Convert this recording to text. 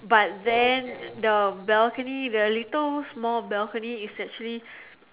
but then the balcony the little small balcony is actually